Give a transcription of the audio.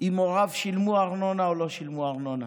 שהוריו שילמו ארנונה או לא שילמו ארנונה.